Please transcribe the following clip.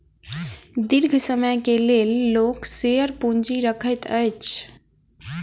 दीर्घ समय के लेल लोक शेयर पूंजी रखैत अछि